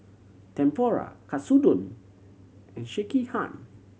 Tempura Katsudon and Sekihan